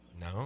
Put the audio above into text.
No